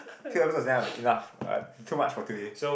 two enough uh too much for today